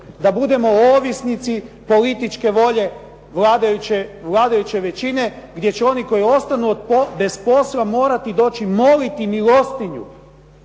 da budemo ovisnici političke volje vladajuće većine gdje će oni koji ostanu bez posla morati doći, moliti milostinju